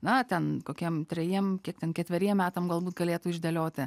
na ten kokiem trejiem kiek ten ketveriem metam galbūt galėtų išdėlioti